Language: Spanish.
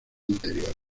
anteriores